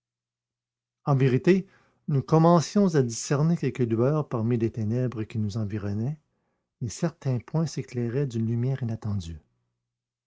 en vérité nous commencions à discerner quelques lueurs parmi les ténèbres qui nous environnaient et certains points s'éclairaient d'une lumière inattendue